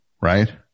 right